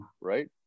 right